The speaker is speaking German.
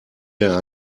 der